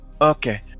okay